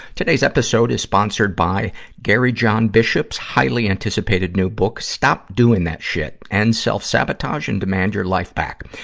today's episode is sponsored by gary john bishop's highly-anticipated new book, stop doing that shit end self-sabotage and demand your life back.